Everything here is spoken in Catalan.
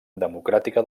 democràtica